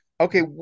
Okay